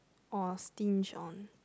or stinge on